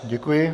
Děkuji.